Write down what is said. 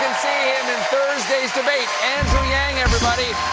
thursday's debate. andrew yang, everybody!